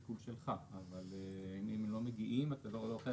זה שיקול שלך, אבל אם הם לא מגיעים, אתה לא חייב.